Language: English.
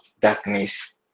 darkness